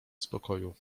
spokoju